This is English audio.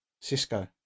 Cisco